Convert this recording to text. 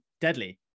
deadly